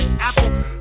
apple